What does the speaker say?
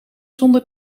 zonder